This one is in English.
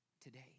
today